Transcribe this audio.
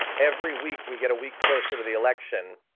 every week we get a week closer to the election.